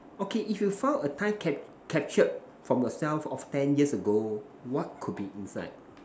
okay if you found a time cap~ captured from yourself of ten years ago what could be inside